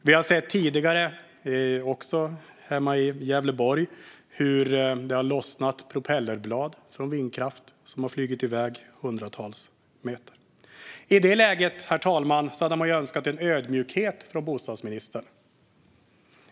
Vi har tidigare, också hemma i Gävleborg, sett att propellerblad från vindkraftverk har lossnat och flugit i väg hundratals meter. Herr talman! Man hade önskat en ödmjukhet från bostadsministern.